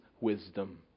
wisdom